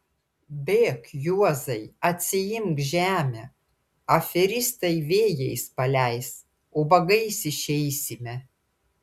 bėk juozai atsiimk žemę aferistai vėjais paleis ubagais išeisime